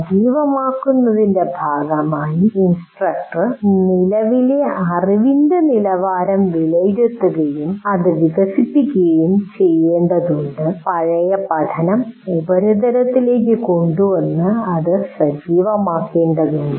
സജീവമാക്കുന്നതിന്റെ ഭാഗമായി ഇൻസ്ട്രക്ടർ നിലവിലെ അറിവിന്റെ നിലവാരം വിലയിരുത്തുകയും അത് വികസിപ്പിക്കുകയും ചെയ്യേണ്ടതുണ്ട് പഴയ പഠനം ഉപരിതലത്തിലേക്ക് കൊണ്ടുവന്ന് അത് സജീവമാക്കേണ്ടതുണ്ട്